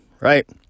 right